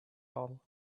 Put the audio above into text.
all